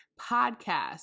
podcast